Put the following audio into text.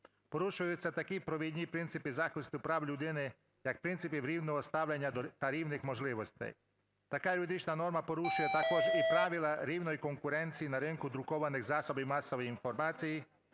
Порушуються такі провідні принципи захисту прав людини, як принцип рівного ставлення та рівних можливостей. Така юридична норма порушує також і правило рівної конкуренції на ринку друкованих засобів масової інформації